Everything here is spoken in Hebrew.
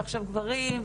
וגברים,